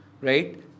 right